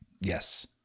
Yes